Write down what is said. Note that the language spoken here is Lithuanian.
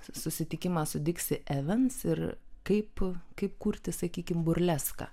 su susitikimą su diksi evens ir kaip kaip kurti sakykim burleską